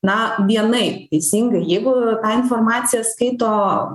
na vienaip teisingai jeigu tą informaciją skaito